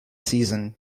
season